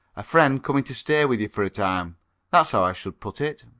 a friend coming to stay with you for a time that's how i should put it